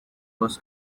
was